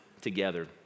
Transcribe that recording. together